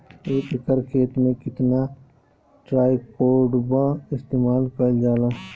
एक एकड़ खेत में कितना ट्राइकोडर्मा इस्तेमाल कईल जाला?